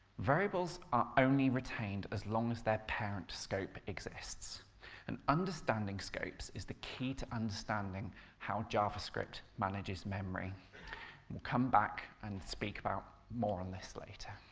variables are only retained as long as their parent scope exists and understanding scopes is the key to understanding how javascript manages memory. we'll come back and speak about more on this later.